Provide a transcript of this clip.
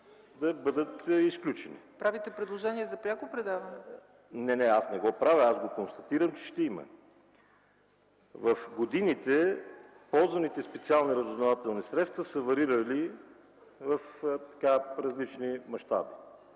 ЦЕЦКА ЦАЧЕВА: Правите предложение за пряко предаване? РУМЕН ПЕТКОВ: Не, не, аз не го правя, аз го констатирам, че ще има. В годините ползваните специални разузнавателни средства са варирали в различни мащаби.